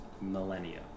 millennia